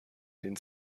den